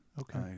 Okay